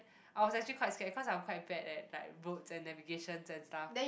I was actually quite scared cause I'm quite bad at like roads and navigation and stuff